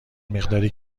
مقداری